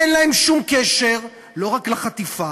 אין להם שום קשר לא רק לחטיפה,